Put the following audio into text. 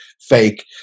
fake